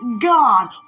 God